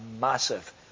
massive